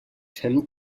tim